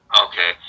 Okay